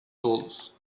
tolos